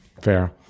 fair